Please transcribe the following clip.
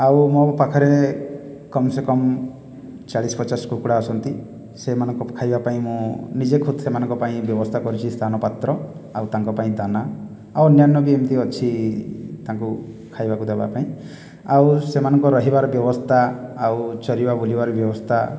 ଆଉ ମୋ' ପାଖରେ କମ୍ ସେ କମ୍ ଚାଳିଶ ପଚାଶ କୁକୁଡ଼ା ଅଛନ୍ତି ସେମାନଙ୍କ ଖାଇବା ପାଇଁ ମୁଁ ନିଜେ ଖୁଦ୍ ସେମାନଙ୍କ ପାଇଁ ବ୍ୟବସ୍ଥା କରିଛି ସ୍ଥାନ ପାତ୍ର ଆଉ ତାଙ୍କ ପାଇଁ ଦାନା ଆଉ ଅନ୍ୟାନ୍ୟ ବି ଏମିତି ଅଛି ତାଙ୍କୁ ଖାଇବାକୁ ଦେବା ପାଇଁ ଆଉ ସେମାନଙ୍କ ରହିବାର ବ୍ୟବସ୍ଥା ଆଉ ଚରିବା ବୁଲିବାର ବ୍ୟବସ୍ଥା